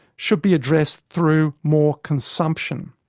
should be addressed through more consumption.